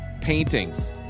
paintings